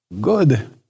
Good